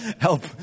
help